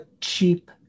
cheap